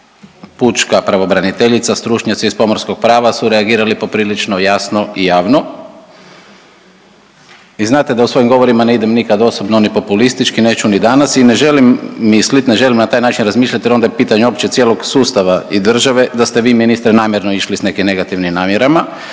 pučka pravobraniteljica, stručnjaci iz pomorskog prava su reagirali poprilično jasno i javno. I znate da u svojim govorima ne idem nikad osobno ni populistički, neću ni danas i ne želim mislit, ne želim na taj način razmišljat jer onda je pitanje opće cijelog sustava i države da ste vi ministre namjerno išli s nekim negativnim namjerama,